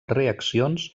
reaccions